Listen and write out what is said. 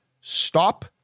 stop